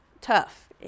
tough